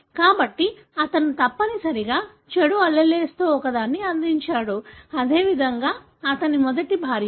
కాబట్టి అతను తప్పనిసరిగా చెడు allele లలో ఒకదాన్ని అందించాడు అదేవిధంగా అతని మొదటి భార్య